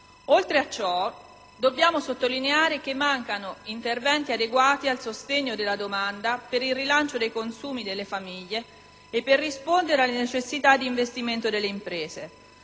Oltre a ciò, dobbiamo sottolineare la mancanza di interventi adeguati al sostegno della domanda per il rilancio dei consumi delle famiglie e per rispondere alle necessità d'investimento delle imprese,